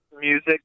music